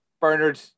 Bernard